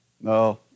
No